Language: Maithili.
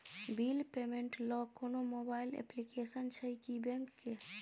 बिल पेमेंट ल कोनो मोबाइल एप्लीकेशन छै की बैंक के?